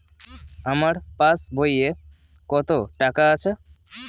আমার পাস বইয়ে কত টাকা আছে?